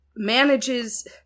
manages